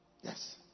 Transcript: Yes